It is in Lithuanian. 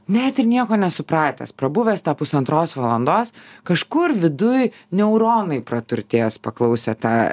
net ir nieko nesupratęs prabuvęs tą pusantros valandos kažkur viduj neuronai praturtės paklausę tą